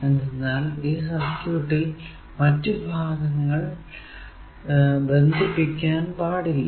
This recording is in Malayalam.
എന്തെന്നാൽ ഈ സർക്യൂട്ടിൽ മറ്റു ഭാഗങ്ങൾ ബദ്ധിക്കപ്പെടാൻ പാടില്ല